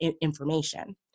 information